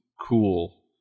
cool